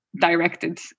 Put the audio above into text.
directed